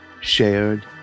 shared